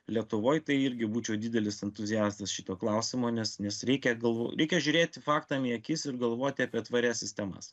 lietuvoj tai irgi būčiau didelis entuziastas šito klausimo nes nes reikia gal reikia žiūrėti faktam į akis ir galvoti apie tvarias sistemas